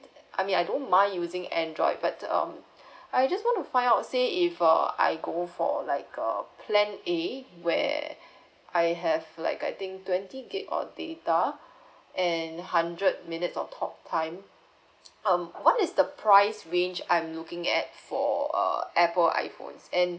I mean I don't mind using Android but um I just want to find out say if uh I go for like a plan a where I have like I think twenty gig of data and hundred minutes of talk time um what is the price range I'm looking at for err Apple iPhone and